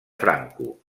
franco